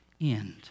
end